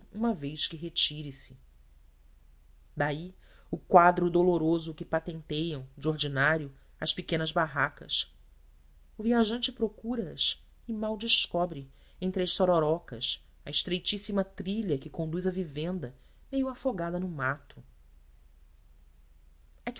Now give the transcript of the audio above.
uma vez que retire-se daí o quadro doloroso que patenteiam de ordinário as pequenas barracas o viajante procura as e mal descobre entre as sororocas a estreitíssima trilha que conduz à vivenda meio afogada no mato